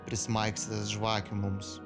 prismaigstęs žvakių mums